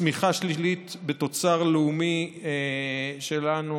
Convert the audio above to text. צמיחה שלילית בתוצר הלאומי שלנו,